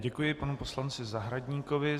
Děkuji panu poslanci Zahradníkovi.